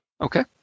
Okay